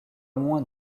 moins